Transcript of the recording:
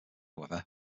however